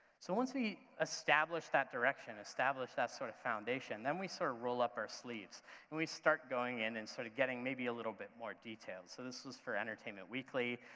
so once we established that direction, established that sort of foundation, then we sort of roll up our sleeves and we start going in and sort of getting maybe a little bit more detail. so this was for entertainment weekly,